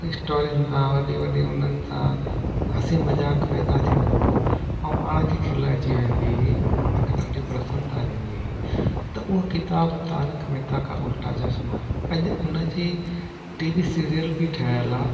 स्टोरिनि खां वॾी वॾियूं हुननि खां हसी मज़ाक पैदा थींदो हुओ ऐं पाण खे खिल अची वेंदी हुई ऐं पाण खे ॾाढी प्रसन्ता थींदी हुई त उहा किताबु तारक मेहता का उल्टा चशमा अॼु उन जी टीवी सीरिअल बि ठहियलु आहे